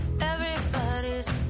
Everybody's